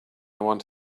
want